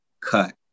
cut